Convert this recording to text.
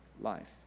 life